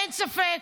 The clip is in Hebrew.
אין ספק,